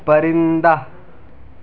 پرندہ